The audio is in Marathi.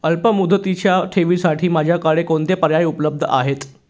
अल्पमुदतीच्या ठेवींसाठी माझ्याकडे कोणते पर्याय उपलब्ध आहेत?